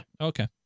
okay